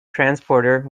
transporter